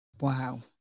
Wow